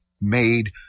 made